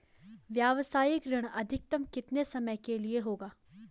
व्यावसायिक ऋण अधिकतम कितने समय के लिए होगा?